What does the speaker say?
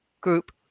group